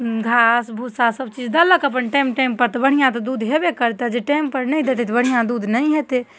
घास भूसा सबचीज देलक अपन टाइम टाइम पर तऽ बढ़िऑं तऽ दूध हेबै करतै जे टाइम पर नहि देतै तऽ बढ़िऑं दूध नहि हेतै